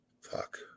fuck